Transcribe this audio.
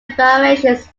variations